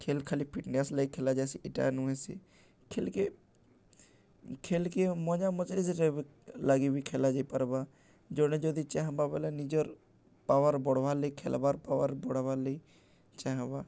ଖେଲ୍ ଖାଲି ଫିଟ୍ନେସ୍ ଲାଗି ଖେଲାଯାଏସି ଇଟା ନୁହେଁସେ ଖେଲ୍କେ ଖେଲ୍କେ ମଜା ମଜ୍ଲିସ୍ରେ ଲାଗିବିି ଖେଲା ଯାଇପାର୍ବା ଜଣେ ଯଦି ଚାହେଁବା ବେଲେ ନିଜର୍ ପାୱାର୍ ବଢାବାର୍ ଲାଗି ଖେଲ୍ବାର୍ ପାୱାର୍ ବଢ଼ାବାର୍ ଲାଗି ଚାହେଁବା